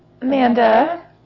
Amanda